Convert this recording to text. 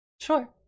Sure